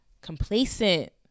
complacent